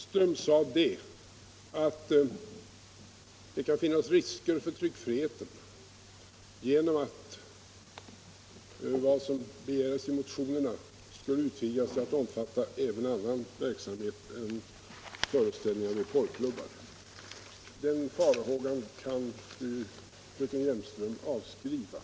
Herr talman! Fröken Hjelmström sade att det kan finnas risker för tryckfriheten, att det som begärs i motionerna kan utvidgas till att omfatta även annan verksamhet än föreställningar i porrklubbar. Den farhågan kan fru Hjelmström avskriva.